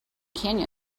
canyon